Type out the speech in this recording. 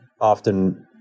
often